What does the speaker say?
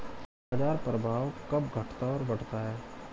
बाजार प्रभाव कब घटता और बढ़ता है?